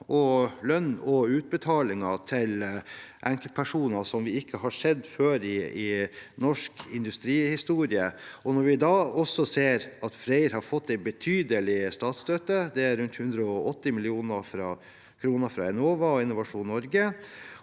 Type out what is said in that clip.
lønn og utbetalinger til enkeltpersoner som vi ikke har sett før i norsk industrihistorie. Vi ser også at Freyr har fått en betydelig statsstøtte. Det er rundt 180 mill. kr fra Enova og Innovasjon Norge,